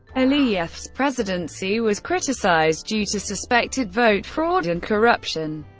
aliyev's presidency was criticized due to suspected vote fraud and corruption.